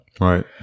right